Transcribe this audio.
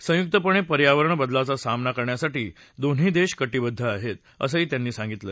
संयुक्तपणे पर्यावरण बदलाचा सामना करण्यासाठी दोन्ही देश कटिबद्ध आहेत असंही त्यांनी सांगितलं